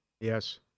Yes